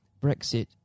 Brexit